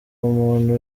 umuntu